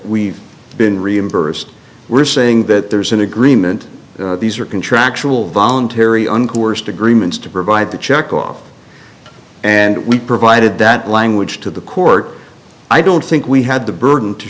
we've been reimbursed we're saying that there's an agreement these are contractual voluntary uncoerced agreements to provide the check off and we provided that language to the court i don't think we had the burden to